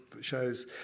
shows